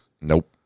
Nope